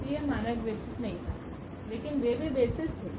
तो यह मानक बेसिस नहीं था लेकिन वे भी बेसिस थे